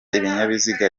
ibinyabiziga